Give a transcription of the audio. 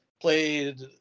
played